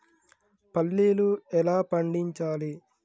పల్లీలు ఎలా పండించాలి?